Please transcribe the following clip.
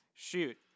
Shoot